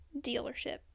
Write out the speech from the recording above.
dealership